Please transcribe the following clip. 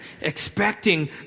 expecting